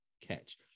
catch